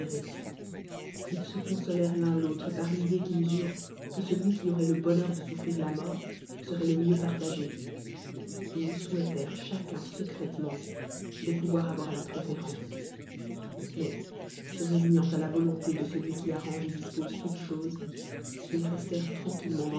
ils se cousolèrent l'un rautre p ar l'idée qu'ils eureut que celui qui aurait le bonheur de souffrir la mort serait le mieux parlagé et ils souhaitèrent cbacun secrètement de pouvoir avo la lré fél'p oœ mais se résignant la vojodlé de celui qui arrange et dispose tontes choies ils l'citèrent ttanqnilles